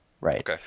right